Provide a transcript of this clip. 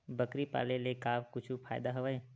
बकरी पाले ले का कुछु फ़ायदा हवय?